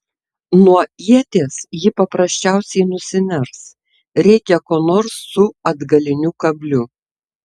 nuo ieties ji paprasčiausiai nusiners reikia ko nors su atgaliniu kabliu